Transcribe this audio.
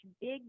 big